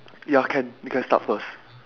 ya can you can start first